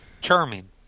charming